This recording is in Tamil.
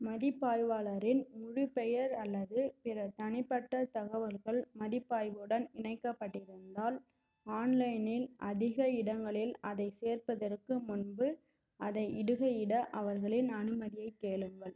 மதிப்பாய்வாளரின் முழுப் பெயர் அல்லது பிற தனிப்பட்ட தகவல்கள் மதிப்பாய்வுடன் இணைக்கப்பட்டிருந்தால் ஆன்லைனில் அதிக இடங்களில் அதை சேர்ப்பதற்கு முன்பு அதை இடுகையிட அவர்களின் அனுமதியை கேளுங்கள்